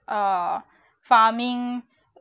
err farming